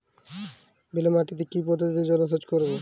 বেলে মাটিতে কি পদ্ধতিতে জলসেচ করব?